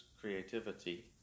creativity